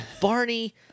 Barney